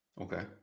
Okay